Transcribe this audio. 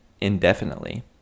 indefinitely